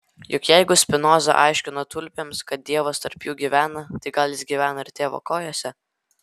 juk jeigu spinoza aiškino tulpėms kad dievas tarp jų gyvena tai gal jis gyvena ir tėvo kojose